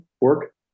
work